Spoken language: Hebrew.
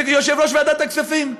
יושב-ראש ועדת הכספים,